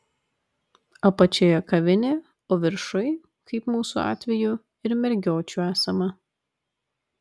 apačioje kavinė o viršuj kaip mūsų atveju ir mergiočių esama